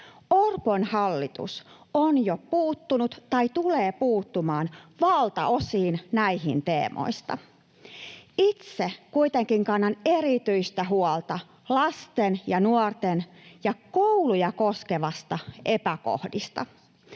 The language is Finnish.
Orpon hallitus on jo puuttunut tai tulee puuttumaan valtaosaan näistä teemoista. Itse kuitenkin kannan erityistä huolta lapsia, nuoria ja kouluja koskevista epäkohdista.